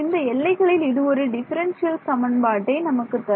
இந்த எல்லைகளில் இது ஒரு டிபரன்சியல் சமன்பாடு நமக்கு தரும்